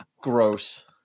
Gross